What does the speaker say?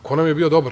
Ko nam je bio dobar?